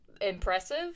impressive